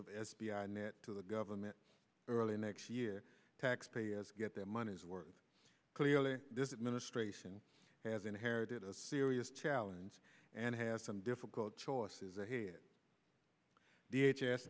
i net to the government early next year taxpayers get their money's worth clearly this administration has inherited a serious challenge and has some difficult choices ahead of the h s